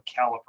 caliper